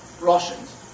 Russians